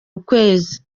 ukwezi